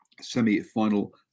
semi-final